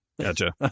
Gotcha